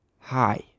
hi